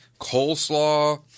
coleslaw